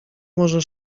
może